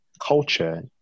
culture